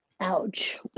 ouch